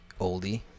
Oldie